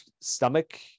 stomach